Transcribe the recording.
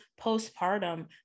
postpartum